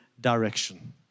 direction